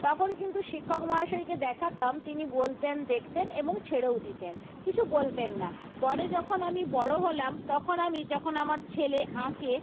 তখন কিন্তু শিক্ষক মহাশয়কে দেখাতাম তিনি বলতেন দেখতেন এবং ছেড়েও দিতেন কিছু বলতেন না পরে যখন আমি বড় হলাম তখন আমি যখন আমার ছেলে আঁকে